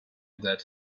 dead